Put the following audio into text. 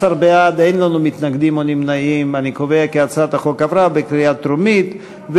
ההצעה להעביר את הצעת חוק הפיקוח על שירותים פיננסיים (ביטוח) (תיקון,